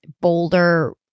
bolder